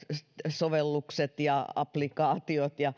sovellukset ja applikaatiot ja